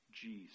Jesus